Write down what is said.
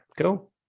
Cool